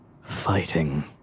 Fighting